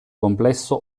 complesso